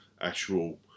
actual